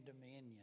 dominion